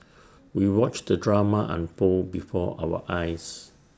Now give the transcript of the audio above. we watched the drama unfold before our eyes